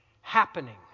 happening